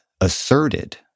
asserted